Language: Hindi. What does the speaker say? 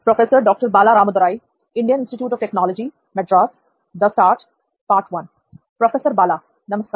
प्रोफेसर बाला नमस्कार